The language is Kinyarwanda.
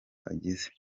agize